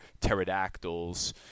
pterodactyls